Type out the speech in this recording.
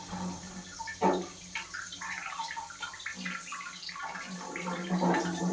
ಬೆಳೆ ವಿಮಾ ಆಯಾ ತಿಂಗ್ಳು ತುಂಬಲಿಲ್ಲಾಂದ್ರ ಎಷ್ಟ ದಂಡಾ ಹಾಕ್ತಾರ?